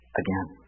again